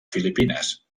filipines